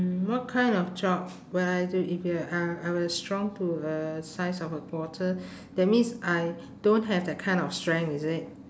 mm what kind of job will I do if you were I I was shrunk to a size of a quarter that means I don't have that kind of strength is it